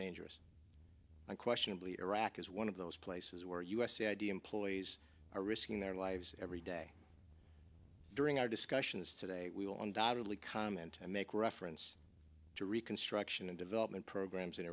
dangerous unquestionably iraq is one of those places where usa id employees are risking their lives every day during our discussions today we will undoubtedly comment and make reference to reconstruction and development programs in